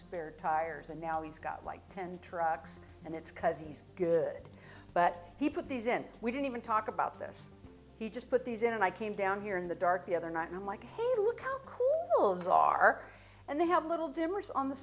spare tires and now he's got like ten trucks and it's because he's good but he put these in we don't even talk about this he just put these in and i came down here in the dark the other night and i'm like hey look how close is are and they have little dimmers on the